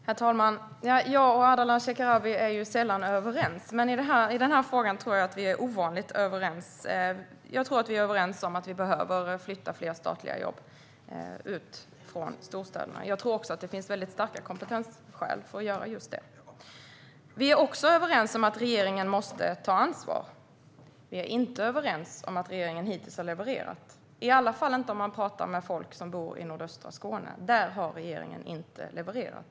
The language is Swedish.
Herr talman! Jag och Ardalan Shekarabi är sällan överens, men i den här frågan tror jag att vi är ovanligt överens. Jag tror att vi är överens om att vi behöver flytta fler statliga jobb ut från storstäderna. Jag tror att det finns starka kompetensskäl att göra just det. Vi är också överens om att regeringen måste ta ansvar. Vi är inte överens om att regeringen hittills har levererat, i alla fall inte vi som pratar med folk som bor i nordöstra Skåne. Där har regeringen inte levererat.